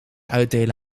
uitdelen